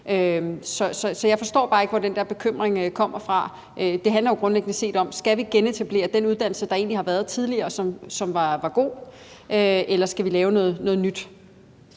Så jeg forstår bare ikke, hvor den der bekymring kommer fra. Det handler jo grundlæggende om, om vi skal genetablere den uddannelse, der egentlig har været tidligere, og som var god, eller om vi skal lave noget nyt.